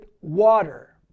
water